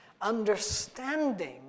Understanding